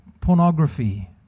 pornography